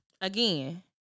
again